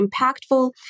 impactful